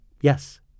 yes